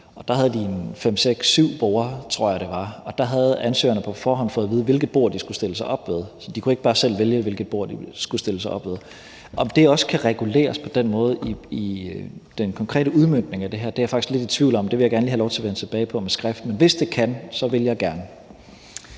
det var, og der havde ansøgerne på forhånd fået at vide, hvilket bord de skulle stille sig op ved, så de kunne ikke bare selv vælge, hvilket bord de ville stille sig op ved. Om det også kan reguleres på den måde i den konkrete udmøntning af det her, er jeg faktisk lidt i tvivl om. Det vil jeg gerne lige have lov til at vende tilbage med på skrift. Men hvis det kan, vil jeg gerne.